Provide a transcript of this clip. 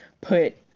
put